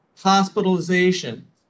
hospitalization